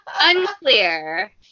Unclear